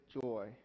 joy